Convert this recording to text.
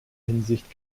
hinsicht